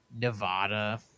Nevada